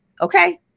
okay